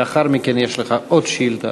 לאחר מכן יש לך עוד שאילתה,